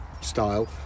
style